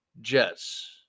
Jets